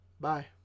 Bye